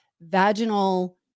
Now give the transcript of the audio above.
vaginal